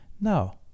Now